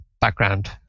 background